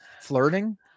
flirting